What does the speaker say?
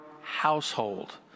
household